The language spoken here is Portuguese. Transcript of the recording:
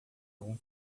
algum